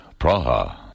Praha